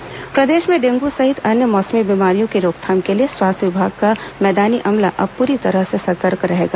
मौसमी बीमारी सतर्कता प्रदेश में डेंगू सहित अन्य मौसमी बीमारियों की रोकथाम के लिए स्वास्थ्य विभाग का मैदानी अमला अब पूरी तरह से सतर्क रहेगा